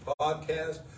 podcast